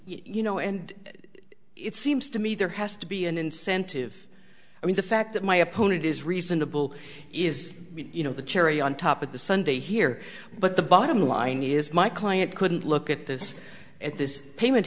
you know and it seems to me there has to be an incentive i mean the fact that my opponent is reasonable is you know the cherry on top of the sunday here but the bottom line is my client couldn't look at this at this payment